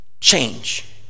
change